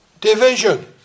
division